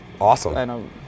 Awesome